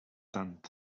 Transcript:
tant